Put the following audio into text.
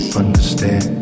understand